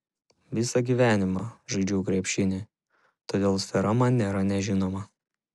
visą gyvenimą žaidžiau krepšinį todėl sfera man nėra nežinoma